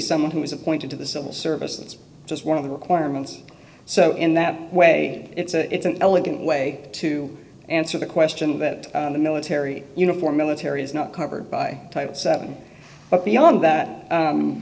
someone who is appointed to the civil service that's just one of the requirements so in that way it's an elegant way to answer the question that the military uniform military is not covered by title seven but beyond that